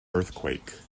earthquake